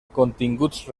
continguts